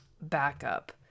backup